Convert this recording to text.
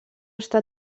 està